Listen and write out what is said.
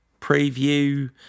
preview